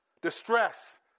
distress